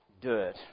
dirt